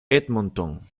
edmonton